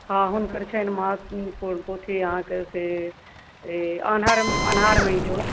हाँ हुँनकर छनि महत्वपूर्ण पोथी अहाँकेँ से अन्हर अन्हारमे इजोत